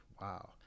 Wow